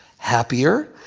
happier,